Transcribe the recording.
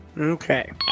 Okay